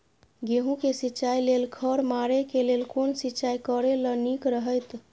गेहूँ के सिंचाई लेल खर मारे के लेल कोन सिंचाई करे ल नीक रहैत?